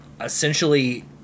essentially